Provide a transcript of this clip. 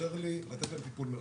שמאפשר לי לתת להם טיפול מרחוק.